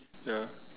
ya